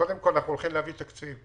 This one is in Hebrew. קודם כל, אנחנו הולכים להביא תקציב.